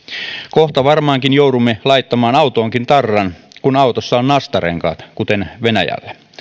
kohta varmaankin joudumme laittamaan autoonkin tarran kun autossa on nastarenkaat kuten venäjällä